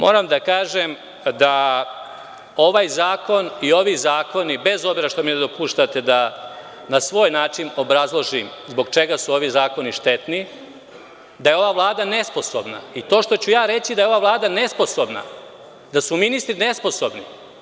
Moram da kažem da ovaj zakon i ovi zakoni, bez obzira što mi ne dopuštate da na svoj način obrazložim zbog čega su ovi zakoni štetni, da je ova Vlada nesposobna i to što ću ja reći da je ova Vlada nesposobna, da su ministri nesposobni…